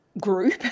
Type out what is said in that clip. group